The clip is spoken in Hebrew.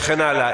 וכן הלאה.